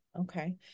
Okay